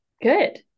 good